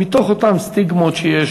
מתוך אותן סטיגמות שיש,